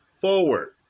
forward